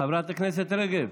חברת הכנסת רגב,